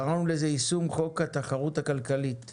קראנו לזה יישום חוק התחרות הכלכלית מ-1988,